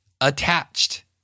Attached